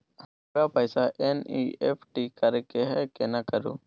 हमरा पैसा एन.ई.एफ.टी करे के है केना करू?